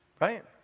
Right